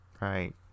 Right